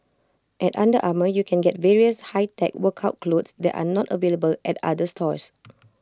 at under Armour you can get various high tech workout clothes that are not available at other stores